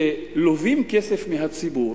שלווים כסף מהציבור